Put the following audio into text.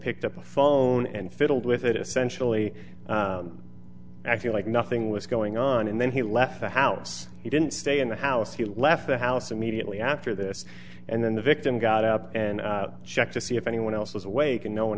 picked up the phone and fiddled with it essentially acting like nothing was going on and then he left the house he didn't stay in the house he left the house immediately after this and then the victim got up and checked to see if anyone else was awake and no one